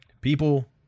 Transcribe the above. people